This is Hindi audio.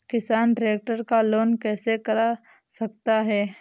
किसान ट्रैक्टर का लोन कैसे करा सकता है?